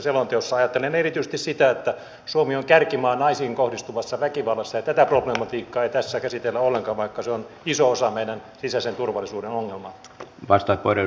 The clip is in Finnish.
ajattelen erityisesti sitä että suomi on kärkimaa naisiin kohdistuvassa väkivallassa ja tätä problematiikkaa ei tässä käsitellä ollenkaan vaikka se on iso osa meidän sisäisen turvallisuuden ongelmaa